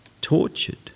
tortured